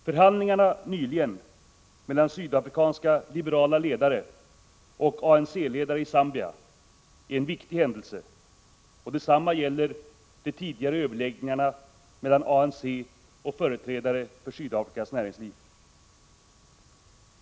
Förhandlingarna nyligen mellan sydafrikanska liberala ledare och ANC-ledare i Zambia är en viktig händelse. Detsamma gäller de tidigare överläggningarna mellan ANC och företrädare för Sydafrikas näringsliv.